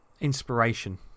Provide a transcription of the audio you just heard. inspiration